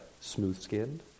smooth-skinned